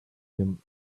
him